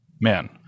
man